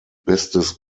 bestes